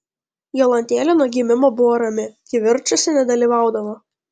jolantėlė nuo gimimo buvo rami kivirčuose nedalyvaudavo